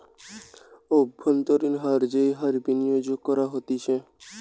অব্ভন্তরীন হার যেই হার বিনিয়োগ করা হতিছে